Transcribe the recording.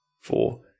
four